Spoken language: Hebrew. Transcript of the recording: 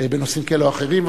בנושאים כאלה או אחרים.